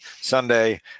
Sunday